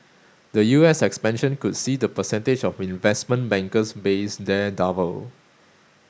the U S expansion could see the percentage of investment bankers based there double